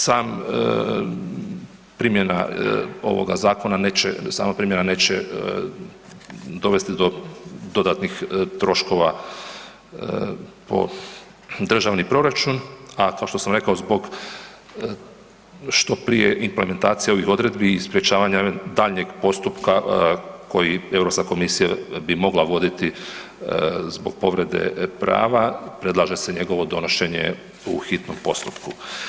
Sama primjena ovoga zakona neće dovesti do dodatnih troškova po državni proračun, a kao što sam rekao, zbog što prije implementacije ovih odredbi i sprječavanja daljnjeg postupka koji Europska komisija bi mogla voditi zbog povrede prava predlaže se njegovo donošenje u hitnom postupku.